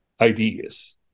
ideas